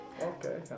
Okay